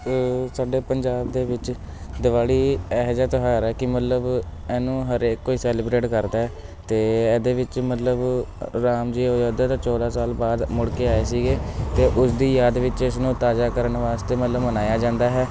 ਸਾਡੇ ਪੰਜਾਬ ਦੇ ਵਿੱਚ ਦਿਵਾਲੀ ਇਹੋ ਜਿਹਾ ਤਿਉਹਾਰ ਆ ਕਿ ਮਤਲਬ ਇਹਨੂੰ ਹਰੇਕ ਕੋਈ ਸੈਲੀਬਰੇਟ ਕਰਦਾ ਅਤੇ ਇਹਦੇ ਵਿੱਚ ਮਤਲਬ ਰਾਮ ਜੀ ਅਯੋਧਿਆ ਤੋਂ ਚੌਦਾਂ ਸਾਲ ਬਾਅਦ ਮੁੜ ਕੇ ਆਏ ਸੀਗੇ ਅਤੇ ਉਸਦੀ ਯਾਦ ਵਿੱਚ ਇਸਨੂੰ ਤਾਜ਼ਾ ਕਰਨ ਵਾਸਤੇ ਮਤਲਬ ਮਨਾਇਆ ਜਾਂਦਾ ਹੈ